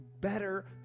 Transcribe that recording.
better